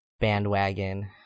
bandwagon